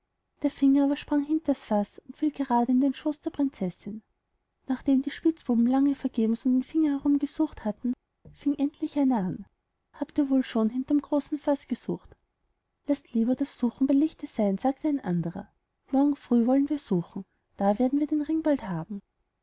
der finger aber sprang hinters faß und fiel gerade in den schooß der prinzessin nachdem die spitzbuben lange vergebens um den finger herum gesucht haben fing endlich einer an habt ihr wohl schon hinterm großen faß gesucht laßt lieber das suchen bei lichte seyn sagte ein anderer morgen früh wollen wir suchen da werden wir den ring bald haben